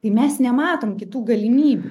tai mes nematom kitų galimybių